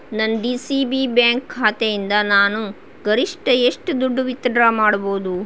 ನನ್ನ D C B bank ಖಾತೆಯಿಂದ ನಾನು ಗರಿಷ್ಠ ಎಷ್ಟು ದುಡ್ಡು ವಿತ್ಡ್ರಾ ಮಾಡ್ಬೋದು